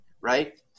Right